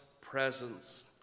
presence